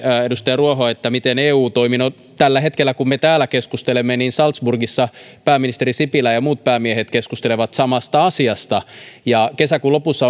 edustaja ruoho tässä kysyikin miten eu toimii no tällä hetkellä kun me täällä keskustelemme salzburgissa pääministeri sipilä ja muut päämiehet keskustelevat samasta asiasta kesäkuun lopussa